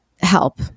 Help